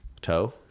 toe